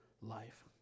life